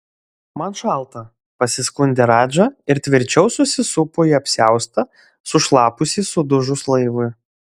man šalta pasiskundė radža ir tvirčiau susisupo į apsiaustą sušlapusį sudužus laivui